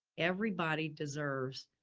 everybody deserves